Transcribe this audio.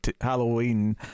Halloween